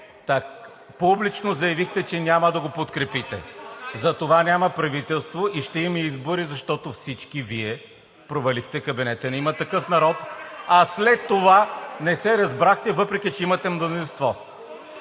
Публично заявихте, че няма да го подкрепите, затова няма правителство и ще има избори, защото всички Вие провалихте кабинета на „Има такъв народ“. След това не се разбрахте, въпреки че имате мнозинство.